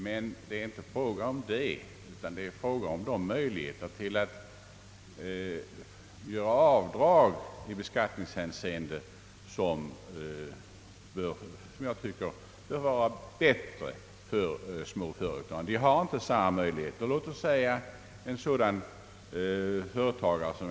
Men frågan gäller inte detta utan möjligheterna att göra avdrag i beskattningshänseende, och enligt min mening bör dessa möjligheter göras bättre för små företag.